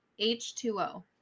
H2O